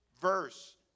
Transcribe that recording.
verse